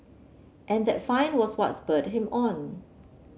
and that find was what spurred him on